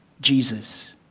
Jesus